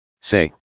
Say